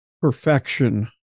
perfection